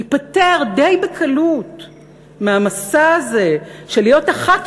ניפטר די בקלות מהמשא הזה של להיות אחת